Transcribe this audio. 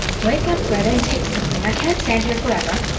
wake up, greta, and take something. i can't stand here forever.